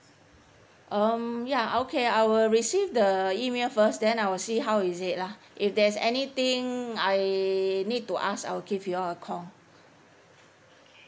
um ya okay I will receive the email first then I will see how is it lah if there's anything I need to ask I will give you all a call